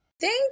Thank